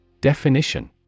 Definition